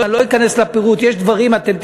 אני לא אכנס לפירוט.